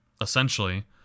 essentially